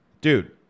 dude